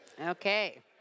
Okay